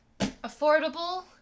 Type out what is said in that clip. affordable